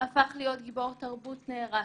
הפך להיות גיבור תרבות נערץ.